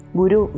guru